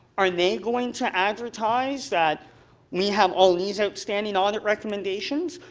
are they going to advertise that we have all these outstanding audit recommendations?